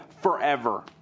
forever